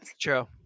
True